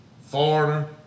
foreigner